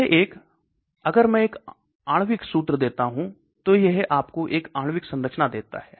यह एक अगर मैं एक आणविक सूत्र देता हूं तो यह आपको एक आणविक संरचना देता है